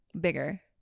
bigger